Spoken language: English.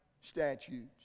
statutes